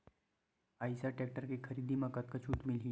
Eicher tractor के खरीदी म कतका छूट मिलही?